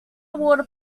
water